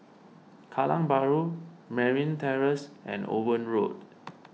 Kallang Bahru Merryn Terrace and Owen Road